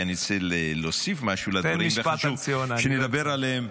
כי אני רוצה להוסיף משהו לדברים שנדבר עליהם.